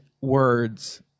words